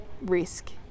risk